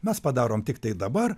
mes padarom tiktai dabar